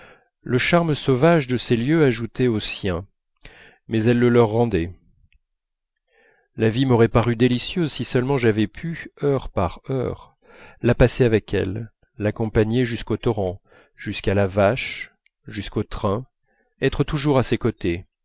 le charme sauvage de ces lieux ajoutait au sien mais elle le leur rendait la vie m'aurait paru délicieuse si seulement j'avais pu heure par heure la passer avec elle l'accompagner jusqu'au torrent jusqu'à la vache jusqu'au train être toujours à ses côtés